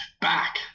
back